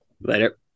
Later